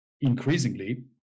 increasingly